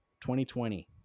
2020